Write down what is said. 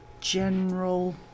general